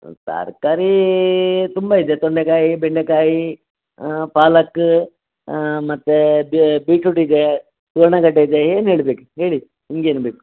ತರಕಾರಿ ತುಂಬ ಇದೆ ತೊಂಡೆಕಾಯಿ ಬೆಂಡೆಕಾಯಿ ಪಾಲಕ್ ಮತ್ತು ಬಿಟ್ರೂಟ್ ಇದೆ ಸುವರ್ಣಗಡ್ಡೆ ಇದೆ ಏನು ಹೇಳಿ ಬೇಕು ಹೇಳಿ ನಿಮ್ಗೇನು ಬೇಕು